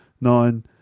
nine